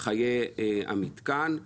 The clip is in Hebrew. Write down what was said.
חיי המתקן.